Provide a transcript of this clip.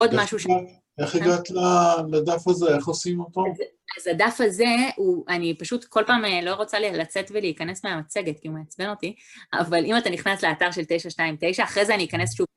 עוד משהו שאני רוצה... איך הגעת לדף הזה, איך עושים אותו? אז הדף הזה הוא, אני פשוט כל פעם לא רוצה לצאת ולהיכנס מהמצגת, כי הוא מעצבן אותי, אבל אם אתה נכנס לאתר של 929, אחרי זה אני אכנס שוב.